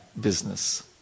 business